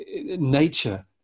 nature